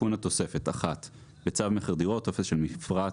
תיקון התוספת 1. בצו מכר דירות (טופס של מפרט),